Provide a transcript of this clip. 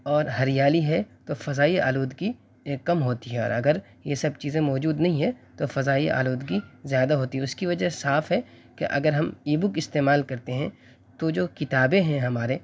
اور ہریالی ہے تو فضائی آلودگی کم ہوتی ہے اور اگر یہ سب چیزیں موجود نہیں ہیں تو فضائی آلودگی زیادہ ہوتی ہے اس کی وجہ صاف ہے کہ اگر ہم ای بک استعمال کرتے ہیں تو جو کتابیں ہیں ہمارے